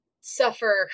suffer